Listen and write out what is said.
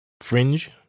Fringe